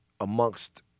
amongst